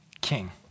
king